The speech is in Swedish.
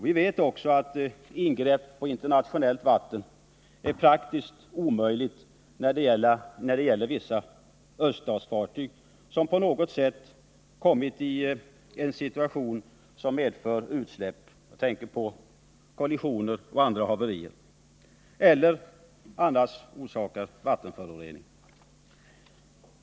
Vi vet också att ingrepp på internationellt vatten är praktiskt omöjligt när det gäller vissa öststatsfartyg som på något sätt kommit i en situation som medför utsläpp — jag tänker på kollisioner och andra haverier — eller annars förorsakar vattenförorening.